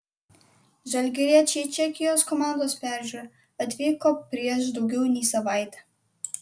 žalgiriečiai į čekijos komandos peržiūrą atvyko prieš daugiau nei savaitę